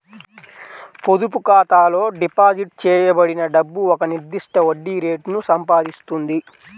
పొదుపు ఖాతాలో డిపాజిట్ చేయబడిన డబ్బు ఒక నిర్దిష్ట వడ్డీ రేటును సంపాదిస్తుంది